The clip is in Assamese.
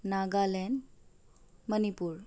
নাগালেণ্ড মণিপুৰ